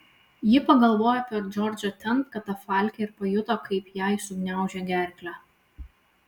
ji pagalvojo apie džordžą ten katafalke ir pajuto kaip jai sugniaužė gerklę